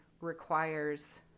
requires